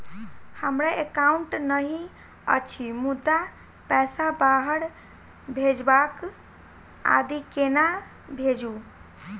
हमरा एकाउन्ट नहि अछि मुदा पैसा बाहर भेजबाक आदि केना भेजू?